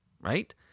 right